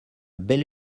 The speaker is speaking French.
belle